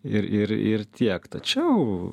ir ir ir tiek tačiau